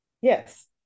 Yes